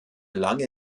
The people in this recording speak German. lange